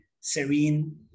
Serene